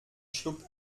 schluckt